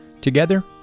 together